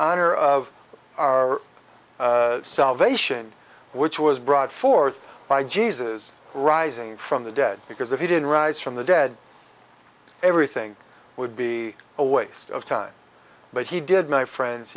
honor of our salvation which was brought forth by jesus rising from the dead because if he didn't rise from the dead everything would be a waste of time but he did my friends